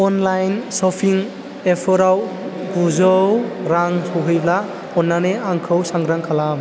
online सपिं एपफोराव गुजौ रां सहैब्ला अन्नानै आंखौ सांग्रां खालाम